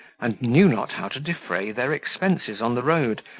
and knew not how to defray their expenses on the road,